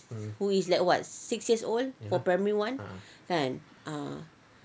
who is like what six years old or primary one kan ah